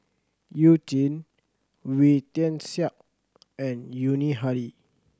You Jin Wee Tian Siak and Yuni Hadi